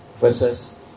verses